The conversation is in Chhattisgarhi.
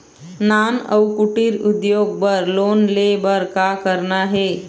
नान अउ कुटीर उद्योग बर लोन ले बर का करना हे?